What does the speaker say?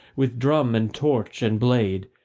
with drum and torch and blade,